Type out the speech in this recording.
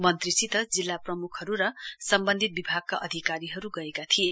मन्त्रीसित जिल्ला प्रम्खहरू र सम्बन्धित विभागका अधिकारीहरू गएका थिए